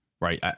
right